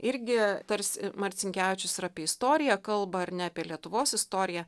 irgi tarsi marcinkevičius ir apie istoriją kalba ar ne apie lietuvos istoriją